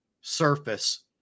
surface